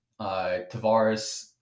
Tavares